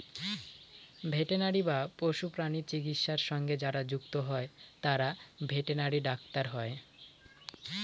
veterinary বা পশুপ্রাণী চিকিৎসা সঙ্গে যারা যুক্ত হয় তারা ভেটেনারি ডাক্তার হয়